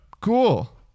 Cool